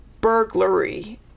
burglary